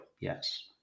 yes